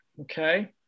Okay